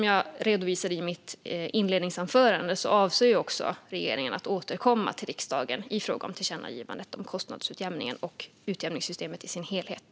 Jag redovisade i mitt inledningsanförande att regeringen avser att återkomma till riksdagen i fråga om tillkännagivandet om kostnadsutjämningen och utjämningssystemet i sin helhet.